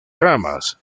ramas